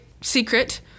secret